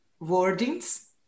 wordings